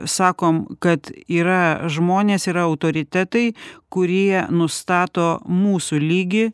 sakom kad yra žmonės yra autoritetai kurie nustato mūsų lygį